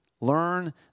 Learn